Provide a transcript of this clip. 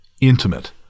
intimate